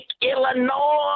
Illinois